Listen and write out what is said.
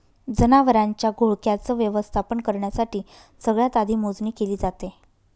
जनावरांच्या घोळक्याच व्यवस्थापन करण्यासाठी सगळ्यात आधी मोजणी केली जाते